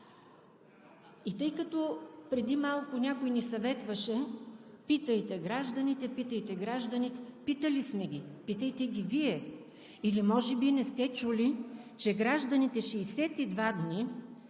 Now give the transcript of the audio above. И тъй като преди малко някой ни съветваше – питайте гражданите, питайте гражданите, питали сме ги. Питайте ги Вие! Или може би не сте чули, че гражданите 62 дни